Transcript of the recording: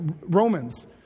Romans